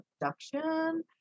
abduction